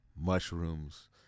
mushrooms